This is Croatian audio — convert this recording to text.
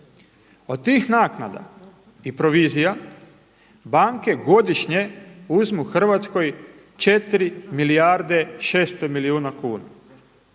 Od tih naknada i provizija banke godišnje uzmu Hrvatskoj 4 milijarde 600 milijuna kuna.